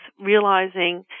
realizing